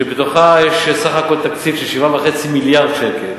שבתוכה יש סך הכול תקציב של 7.5 מיליארד שקל.